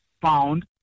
found